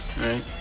right